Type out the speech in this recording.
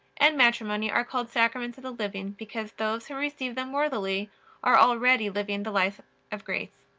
and matrimony are called sacraments of the living, because those who receive them worthily are already living the life of grace.